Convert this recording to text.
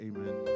Amen